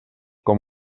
com